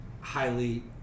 highly